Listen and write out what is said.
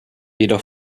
jedoch